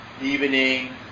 evening